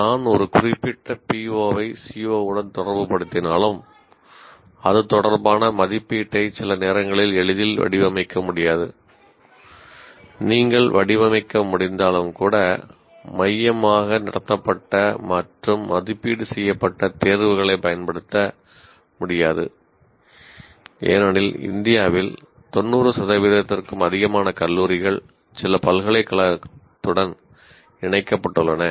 நான் ஒரு குறிப்பிட்ட PO ஐ CO உடன் தொடர்புபடுத்தினாலும் அது தொடர்பான மதிப்பீட்டை சில நேரங்களில் எளிதில் வடிவமைக்க முடியாது நீங்கள் வடிவமைக்க முடிந்தாலும் கூட மையமாக நடத்தப்பட்ட மற்றும் மதிப்பீடு செய்யப்பட்ட தேர்வுகளைப் பயன்படுத்த முடியாது ஏனெனில் இந்தியாவில் 90 சதவீதத்திற்கும் அதிகமான கல்லூரிகள் சில பல்கலைக்கழகத்துடன் இணைக்கப்பட்டுள்ளன